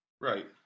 right